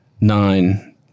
nine